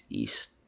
east